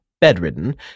bedridden